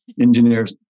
Engineers